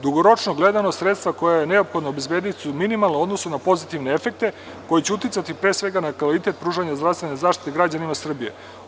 Dugoročno gledano, sredstva koja je neophodno obezbediti su minimalna u odnosu na pozitivne efekte koji će uticati pre svega na kvalitet pružanja zdravstvene zaštite građanima Srbije.